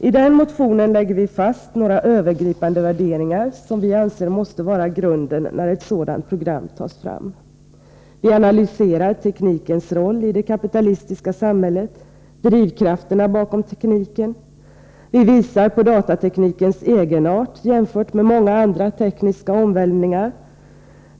I den motionen lägger vi fast några övergripande värderingar, som vi anser måste vara grunden när ett sådant program tas fram. Vi analyserar teknikens roll i det kapitalistiska samhället och drivkrafterna bakom tekniken, och vi visar på datateknikens egenart jämfört med många andra tekniska omvälvningar.